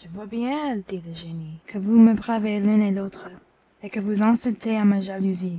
je vois bien dit le génie que vous me bravez l'un et l'autre et que vous insultez à ma jalousie